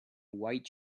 white